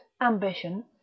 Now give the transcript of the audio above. ambition